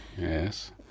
Yes